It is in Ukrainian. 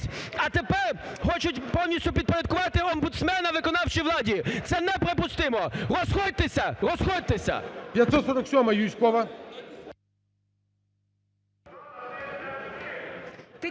а тепер хочуть повністю підпорядкувати омбудсмена виконавчій владі. Це неприпустимо! Розходьтеся! Розходьтеся! ГОЛОВУЮЧИЙ.